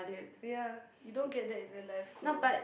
ya you don't get that in real life so